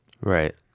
right